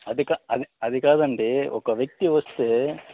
అది కా అది అది కాదండి ఒక వ్యక్తి వస్తే